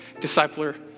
discipler